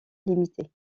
limitée